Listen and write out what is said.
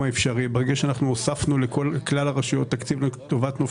בתקציב פעולות משרד הרווחה והתאמת תקציבי ביצוע.